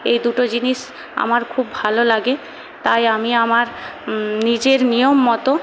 এই দুটো জিনিস আমার খুব ভালো লাগে তাই আমি আমার নিজের নিয়মমতো